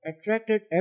attracted